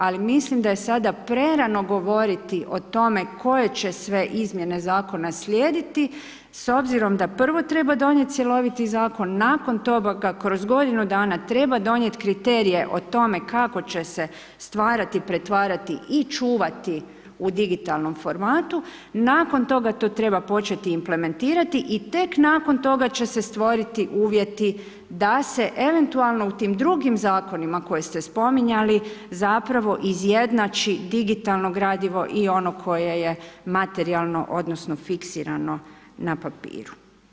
Ali mislim da je sada prerano govoriti o tome koje će sve izmjene zakona slijediti, s obzirom da prvo treba donijeti cjeloviti zakon, nakon toga ga kroz godinu dana treba donijeti kriterije o tome kako će se stvarati i pretvarati i čuvati u digitalnom formatu, nakon toga to treba početi implementirati i tek nakon toga će se stvoriti uvjeti da se eventualno u tim drugim zakonima koje ste spominjali zapravo izjednači digitalno gradivo i ono koje je materijalno odnosno fiksirano na papiru.